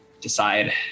decide